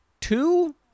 two